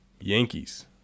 Yankees